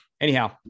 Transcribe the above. Anyhow